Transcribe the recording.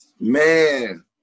Man